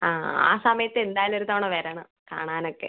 ആ ആ സമയത്ത് എന്തായാലും ഒരു തവണ വരണം കാണാനൊക്കെ